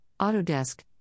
Autodesk